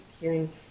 hearing